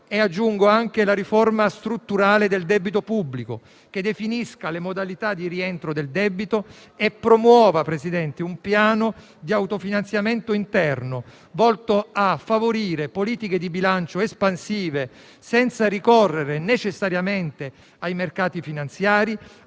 e aggiungo anche la riforma strutturale del debito pubblico, che definisca le modalità di rientro del debito e promuova un piano di autofinanziamento interno, Presidente, volto a favorire politiche di bilancio espansive senza ricorrere necessariamente ai mercati finanziari,